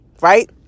right